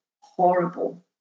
horrible